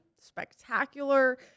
spectacular